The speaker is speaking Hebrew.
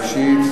ושלישית,